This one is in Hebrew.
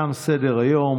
תם סדר-היום.